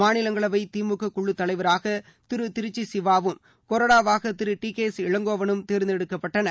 மாநிலங்களவை திமுக குழுத்தலைவராக திரு திருச்சி சிவாவும் கொறடாவாக திரு டிகேஎஸ் இளங்கோவனும் தேர்ந்தெடுக்கப்பட்டனர்